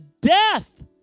death